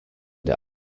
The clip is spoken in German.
der